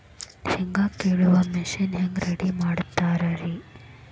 ಶೇಂಗಾ ಕೇಳುವ ಮಿಷನ್ ಹೆಂಗ್ ರೆಡಿ ಮಾಡತಾರ ರಿ?